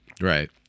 right